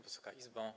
Wysoka Izbo!